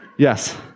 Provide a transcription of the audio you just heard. Yes